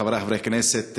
חברי חברי הכנסת,